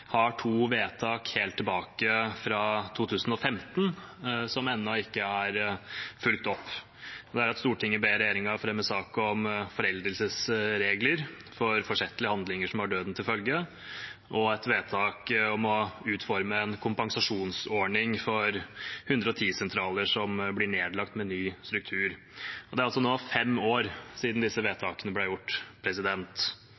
har to vedtak helt tilbake til 2015 som ennå ikke er fulgt opp. Det ene er at Stortinget ber regjeringen fremme sak om foreldelsesregler for forsettlige handlinger som har døden til følge, og det andre er et vedtak om å utforme en kompensasjonsordning for 110-sentraler som blir nedlagt med ny struktur. Det er altså nå fem år siden disse